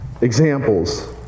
examples